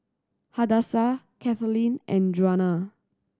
Hadassah Kathaleen and Djuana